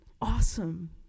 awesome